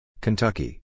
Kentucky